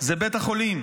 זה בית החולים.